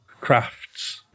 crafts